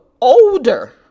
older